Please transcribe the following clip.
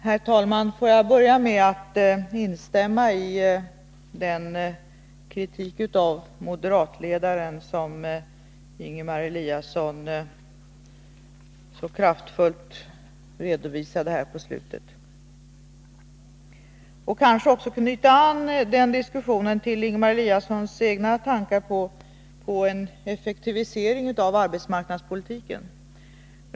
Herr talman! Jag vill börja med att instämma i den kritik av moderatledaren som Ingemar Eliasson så kraftfullt redovisade i slutet av sitt anförande. Och jag vill kanske knyta an den diskussionen till Ingemar Eliassons egna tankar på en effektivisering av arbetsmarknadspolitiken.